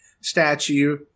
statue